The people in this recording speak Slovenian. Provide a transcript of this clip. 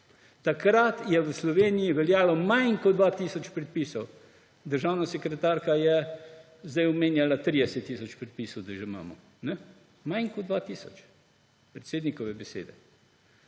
Takrat je v Sloveniji veljalo manj kot 2 tisoč predpisov.« Državna sekretarka je zdaj omenjala, da imamo že 30 tisoč predpisov. »Manj kot 2 tisoč,« predsednikove besede.